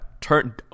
turn